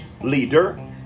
leader